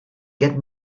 get